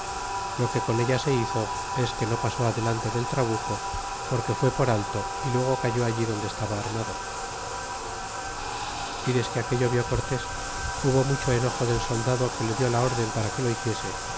lo que con ella se hizo es que no pasó adelante del trabuco porque fué por alto y luego cayó allí donde estaba armado y desque aquello vi cortes hubo mucho enojo del soldado que le dió la rden para que lo hiciese